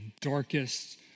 darkest